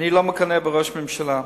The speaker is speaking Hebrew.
אני לא מקנא בראש הממשלה,